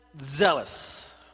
zealous